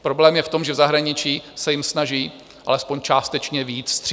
Problém je v tom, že v zahraničí se jim snaží alespoň částečně vyjít vstříc.